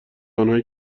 آنهایی